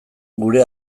gure